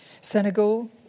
Senegal